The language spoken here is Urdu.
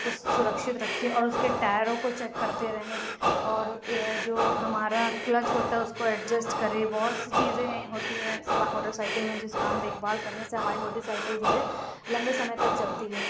کو سُرکشت رکھیں اور اُس کے ٹائروں کو چیک کرتے رہیں اور یہ جو ہمارا کلچ ہوتا اُس کو ایڈجسٹ کریں بہت سی چیزیں ہیں ہوتی ہیں موٹر سائیکل میں جس کا ہم دیکھ بھال کرنے سے ہماری موٹر سائیکل جو ہے لمبے سمے تک چلتی ہے